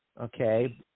okay